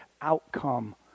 outcome